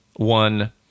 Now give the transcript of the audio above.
One